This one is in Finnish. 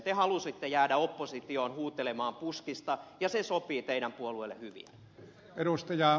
te halusitte jäädä oppositioon huutelemaan puskista ja se sopii teidän puolueellenne hyvin